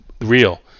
real